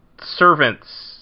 servants